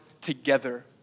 together